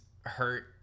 hurt